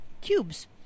cubes